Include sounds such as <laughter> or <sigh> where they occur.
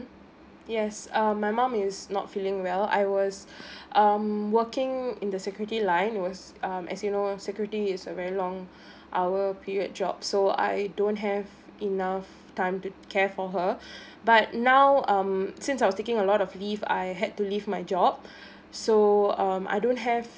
yes um my mom is not feeling well I was <breath> um working in the security line was um as you know security is a very long <breath> hour period job so I don't have enough time to care for her <breath> but now um since I was taking a lot of leave I had to leave my job <breath> so um I don't have